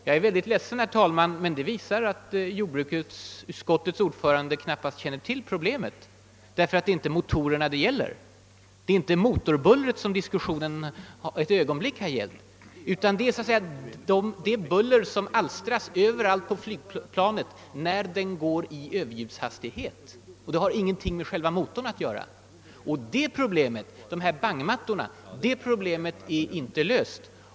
Jag är mycket ledsen, herr talman, men det visar att jordbruksutskottets ordförande inte alls känner till problemen. Det är inte motorerna det gäller. Diskussionen har inte ett ögonblick gällt motorbullret, det gäller det buller som oavbrutet alstras på flygplanet när det går i överljudshastighet. Det har ingenting med själva motorn att göra. Och problemet med bangarna är inte löst.